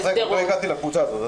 עוד לא הגעתי לקבוצה הזאת.